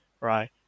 Right